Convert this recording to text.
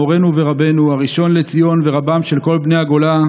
מורנו ורבנו הראשון לציון ורבם של כל בני הגולה,